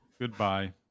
Goodbye